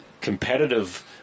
competitive